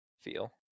feel